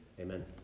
Amen